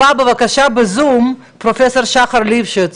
הבא בזום בבקשה, פרופ' שחר ליפשיץ,